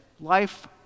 Life